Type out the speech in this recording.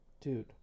dude